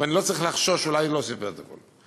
ואני לא צריך לחשוש שאולי הוא לא סיפר את הכול.